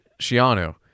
Shiano